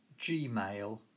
gmail